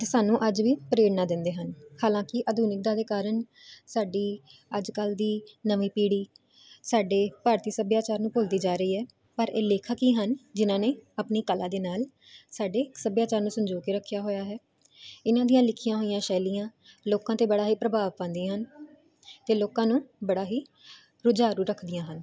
ਤੇ ਸਾਨੂੰ ਅੱਜ ਵੀ ਪ੍ਰੇਰਨਾ ਦਿੰਦੇ ਹਨ ਹਾਲਾਂਕਿ ਆਧੁਨਿਕਤਾ ਦੇ ਕਾਰਨ ਸਾਡੀ ਅੱਜ ਕੱਲ ਦੀ ਨਵੀਂ ਪੀੜੀ ਸਾਡੇ ਭਾਰਤੀ ਸੱਭਿਆਚਾਰ ਨੂੰ ਭੁੱਲਦੀ ਜਾ ਰਹੀ ਹੈ ਪਰ ਇਹ ਲੇਖਕ ਹੀ ਹਨ ਜਿਨਾਂ ਨੇ ਆਪਣੀ ਕਲਾ ਦੇ ਨਾਲ ਸਾਡੇ ਸਭਿਆਚਾਰ ਨੂੰ ਸੰਜੋਅ ਕੇ ਰੱਖਿਆ ਹੋਇਆ ਹੈ ਇਹਨਾਂ ਦੀਆਂ ਲਿਖੀਆਂ ਹੋਈਆਂ ਸ਼ੈਲੀਆਂ ਲੋਕਾਂ ਤੇ ਬੜਾ ਹੀ ਪ੍ਰਭਾਵ ਪਾਦੀਆਂ ਹਨ ਤੇ ਲੋਕਾਂ ਨੂੰ ਬੜਾ ਹੀ ਰੁਝਾਰੂ ਰੱਖਦੀਆਂ ਹਨ